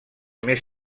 més